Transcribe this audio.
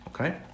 okay